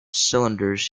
cylinders